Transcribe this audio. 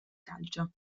calcio